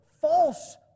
false